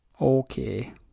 Okay